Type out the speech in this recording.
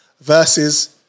versus